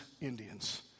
Indians